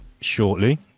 shortly